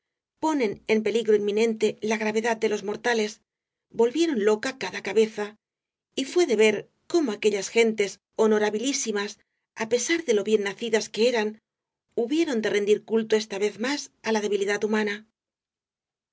ponen en peligro inminente la gravedad de los mortales volvieron loca cada cabeza y fué de ver cómo aquellas gentes honorabilísimas á pesar de lo bien nacidas que eran hubieron de rendir culto esta vez más á la debilidad humana